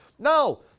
No